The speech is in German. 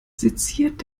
seziert